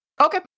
Okay